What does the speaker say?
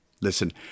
Listen